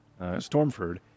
Stormford